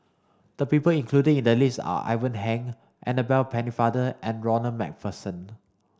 the people included in the list are Ivan Heng Annabel Pennefather and Ronald MacPherson